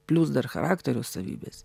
plius dar charakterio savybės